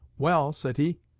well, said he,